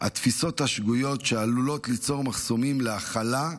והתפיסות השגויות שעלולות ליצור מחסומים להכלה,